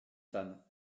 femme